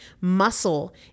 Muscle